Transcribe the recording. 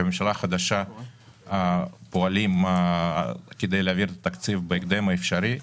כממשלה חדשה פועלים כדי להעביר את התקציב בהקדם האפשרי,